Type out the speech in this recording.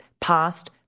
past